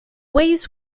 ways